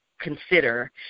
consider